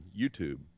YouTube